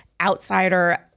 outsider